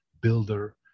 builder